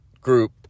group